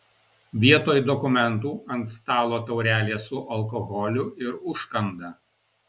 vietoj dokumentų ant stalo taurelės su alkoholiu ir užkanda